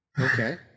Okay